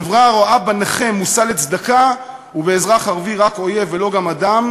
חברה הרואה בנכה מושא לצדקה ובאזרח ערבי רק אויב ולא גם אדם,